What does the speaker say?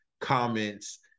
comments